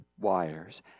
wires